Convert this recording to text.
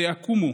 ויקומו